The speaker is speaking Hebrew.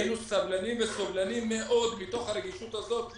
היינו סבלנים וסובלניים מאוד מתוך הרגישות הזאת.